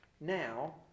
now